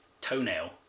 toenail